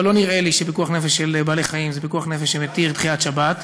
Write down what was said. אבל לא נראה לי שפיקוח נפש של בעלי-חיים זה פיקוח נפש שמתיר דחיית שבת.